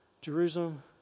Jerusalem